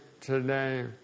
today